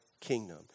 kingdom